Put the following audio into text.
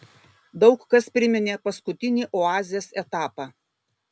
daug kas priminė paskutinį oazės etapą